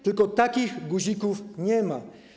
Tylko takich guzków nie ma.